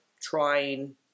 trying